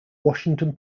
washington